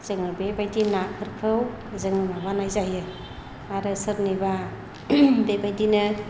जोङो बेबायदि नाफोरखौ जों माबानाय जायो आरो सोरनिबा बेबायदिनो